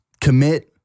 commit